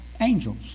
angels